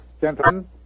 gentlemen